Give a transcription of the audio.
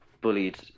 bullied